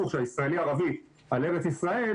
הישראלי-ערבי על ארץ-ישראל,